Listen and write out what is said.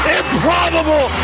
improbable